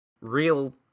real